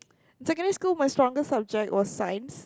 secondary school my strongest subject was Science